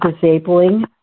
disabling